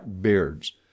beards